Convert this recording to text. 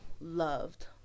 loved